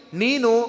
nino